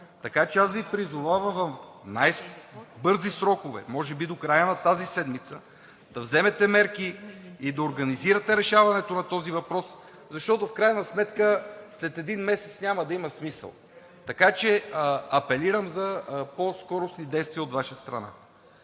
Така че аз Ви призовавам в най-бързи срокове – може би до края на тази седмица, да вземете мерки и да организирате решаването на този въпрос, защото в крайна сметка след един месец няма да има смисъл. Апелирам за по-скорошни действия от Ваша страна.